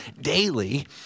daily